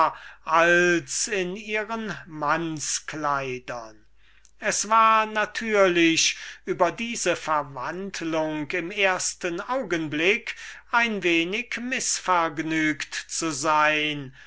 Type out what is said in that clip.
als sie in ihren manns kleidern ausgesehen hatte es war natürlich über diese verwandlung im ersten augenblick ein wenig mißvergnügt zu sein